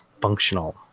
functional